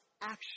action